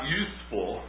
useful